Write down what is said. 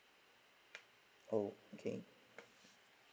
okay